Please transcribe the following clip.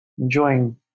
enjoying